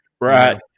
right